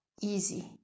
easy